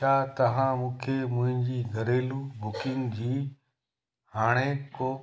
छा तव्हां मूंखे मुंहिंजी घरेलू बुकिंग जी हाणे को